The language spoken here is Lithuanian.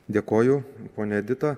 dėkoju ponia edita